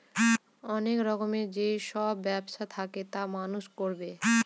অনেক রকমের যেসব ব্যবসা থাকে তা মানুষ করবে